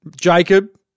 Jacob